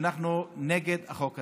אנחנו נגד החוק הזה.